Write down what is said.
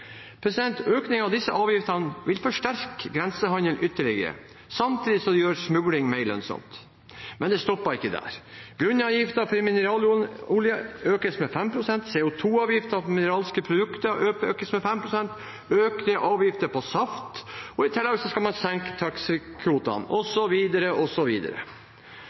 disse avgiftene vil forsterke grensehandelen ytterligere, samtidig som det gjør smugling mer lønnsomt. Men det stopper ikke der. Grunnavgiften for mineralolje økes med 5 pst., CO2-avgiften på mineralske produkter økes med 5 pst., økt avgift på saft og i tillegg skal man senke